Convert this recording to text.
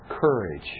courage